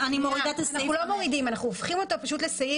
אנחנו לא מורידים את הסעיף אלא אנחנו הופכים אותו לסעיף